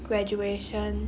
graduation